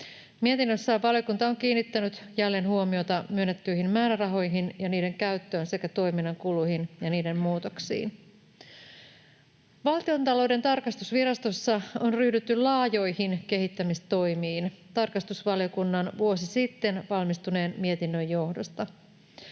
Mietinnössään valiokunta on kiinnittänyt jälleen huomiota myönnettyihin määrärahoihin ja niiden käyttöön sekä toiminnan kuluihin ja niiden muutoksiin. Valtiontalouden tarkastusvirastossa on ryhdytty laajoihin kehittämistoimiin tarkastusvaliokunnan vuosi sitten valmistuneen mietinnön johdosta.